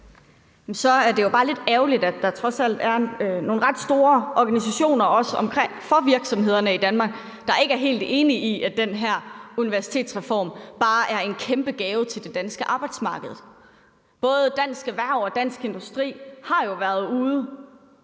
Så er det jo bare lidt ærgerligt, at der trods alt er nogle ret store organisationer for virksomhederne i Danmark, der ikke er helt enige i, at den her universitetsreform bare er en kæmpe gave til det danske arbejdsmarked. Både Dansk Erhverv og Dansk Industri har jo været ude